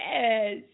Yes